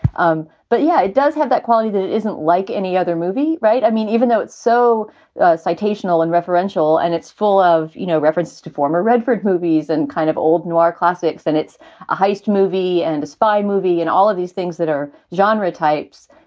um but yeah, it does have that quality. it isn't like any other movie, right? i mean, even though it's so citation all and referential and it's full of you know references to former redford movies and kind of old noir classics, then it's a heist movie and a spy movie and all of these things that are genre types,